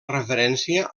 referència